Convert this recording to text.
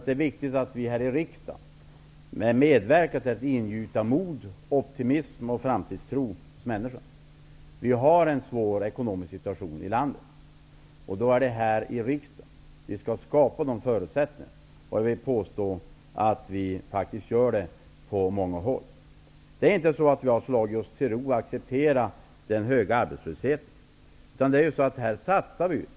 Det är viktigt att vi här i kammaren medverkar till att ingjuta mod, optimism och framtidstro hos människor. Vi har en svår ekonomisk situation i landet. Och det är här i riksdagen som vi skall skapa förutsättningar. Jag vill påstå att vi faktiskt gör det på många håll. Vi har inte slagit oss till ro och accepterat den höga arbetslösheten. Vi gör satsningar.